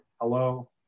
Hello